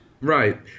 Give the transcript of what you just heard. right